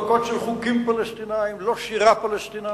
לא קוד של חוקים פלסטיניים, לא שירה פלסטינית.